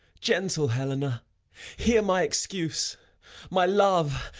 gentle helena hear my excuse my love,